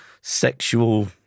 sexual